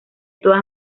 todas